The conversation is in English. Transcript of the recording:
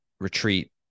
retreat